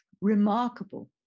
remarkable